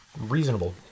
Reasonable